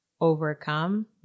overcome